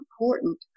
important